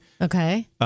Okay